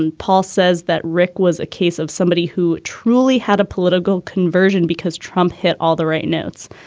and paul says that rick was a case of somebody who truly had a political conversion because trump hit all the right notes.